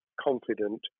confident